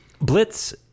Blitz